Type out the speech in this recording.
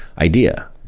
idea